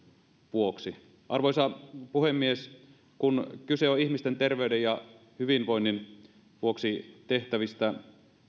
vuoksi arvoisa puhemies kun kyse on ihmisten terveyden ja hyvinvoinnin vuoksi tehtävistä